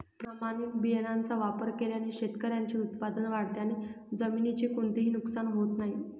प्रमाणित बियाण्यांचा वापर केल्याने शेतकऱ्याचे उत्पादन वाढते आणि जमिनीचे कोणतेही नुकसान होत नाही